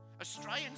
Australians